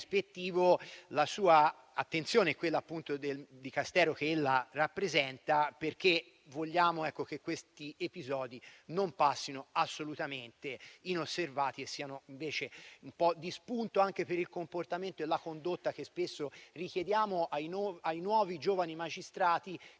la sua attenzione e quella del Dicastero che lei rappresenta, perché vogliamo che episodi del genere non passino assolutamente inosservati e siano invece un po' di spunto per il comportamento e la condotta che spesso richiediamo ai nuovi giovani magistrati